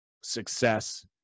success